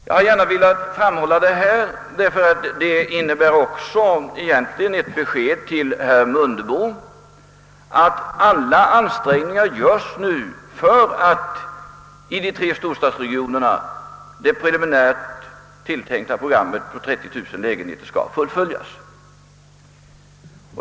Jag har gärna velat framhålla detta, därför att det innebär också ett besked till herr Mundebo om att alla ansträngningar nu göres i de tre storstadsregionerna för att det tilltänkta programmet med byggandet av 30 000 lägenheter skall kunna fullföljas.